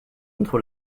contre